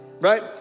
right